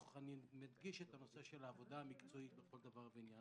אני מדגש את הנושא של העבודה המקצועית בכל דבר ועניין.